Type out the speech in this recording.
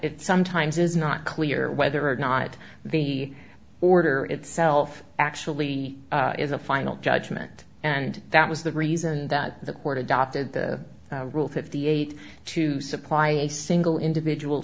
it sometimes is not clear whether or not the order itself actually is a final judgment and that was the reason that the court adopted the rule fifty eight to supply a single individual